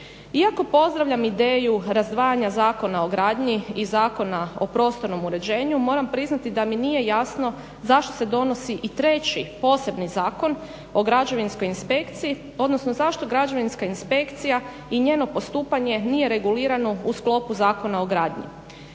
Iako pozdravljam ideju razdvajanja Zakona o gradnji i Zakona o prostornom uređenju, moram priznati da mi nije jasno zašto se donosi i treći, posebni Zakon o građevinskoj inspekciji, odnosno zašto građevinska inspekcija i njeno postupanje nije regulirano u sklopu Zakona o gradnji,